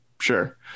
Sure